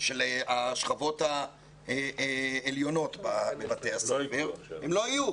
של השכבות העליונות בבתי הספר, לא יהיו.